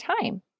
time